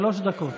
שלוש דקות.